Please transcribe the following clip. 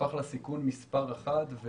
הוא הפך לסיכון מספר אחת.